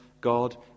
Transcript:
God